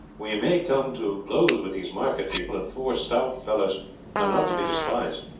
we may come to blows with these market people, and four stout fellows are not to be despised.